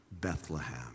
Bethlehem